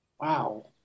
Wow